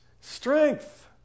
strength